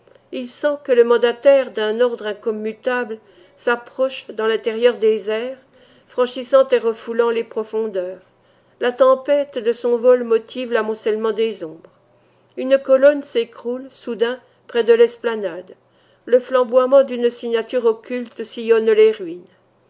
il sent que le mandataire d'un ordre incommutable s'approche dans l'intérieur des airs franchissant et refoulant les profondeurs la tempête de son vol motive l'amoncellement des ombres une colonne s'écroule soudain près de l'esplanade le flamboiement d'une signature occulte sillonne les ruines